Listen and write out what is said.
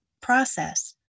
process